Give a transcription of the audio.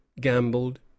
gambled